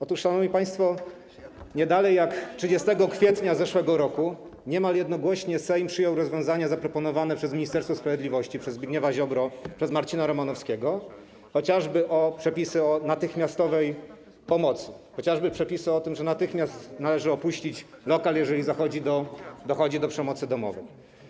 Otóż, szanowni państwo, nie dalej jak 30 kwietnia zeszłego roku niemal jednogłośnie Sejm przyjął rozwiązania zaproponowane przez Ministerstwo Sprawiedliwości, przez Zbigniewa Ziobrę, przez Marcina Romanowskiego, chociażby przepisy o natychmiastowej pomocy, chociażby przepisy o tym, że natychmiast należy opuścić lokal, jeżeli dochodzi do przemocy domowej.